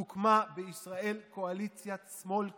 הוקמה בישראל קואליציית שמאל קיצוני,